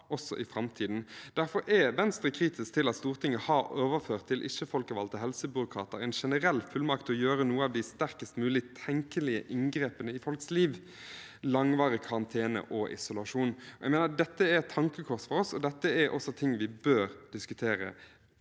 også i framtiden. Derfor er Venstre kritisk til at Stortinget har overført til ikke-folkevalgte helsebyråkrater en generell fullmakt til å gjøre noen av de sterkest tenkelige inngrepene i folks liv: langvarig karantene og isolasjon. Jeg mener dette er et tankekors for oss, og at det er noe vi bør diskutere